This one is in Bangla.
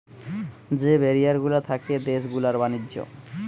যে ব্যারিয়ার গুলা থাকে দেশ গুলার ব্যাণিজ্য